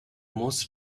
most